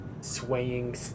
swaying